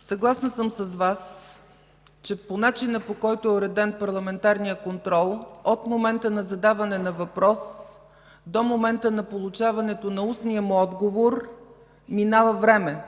Съгласна съм с Вас, че по начина, по който е уреден парламентарният контрол – от момента на задаване на въпрос до момента на получаване на устния му отговор, минава време.